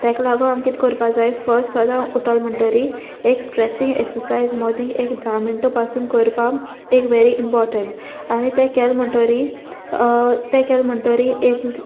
ताका लागून आमी कितें कोरपा जाये फस्ट सोदां उटोल म्हणटोरी एक स्ट्रेचींग एक्सरसायज मोर्नींग एक धा मिनटो पासून कोरपा एक वेरी इम्पोर्टंट आनी तें केले म्होणटरी तें केल म्हणटोरी एक